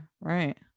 right